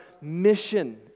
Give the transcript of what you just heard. mission